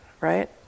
right